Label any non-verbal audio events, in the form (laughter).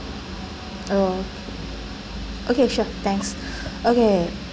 oh okay okay sure thanks (breath) okay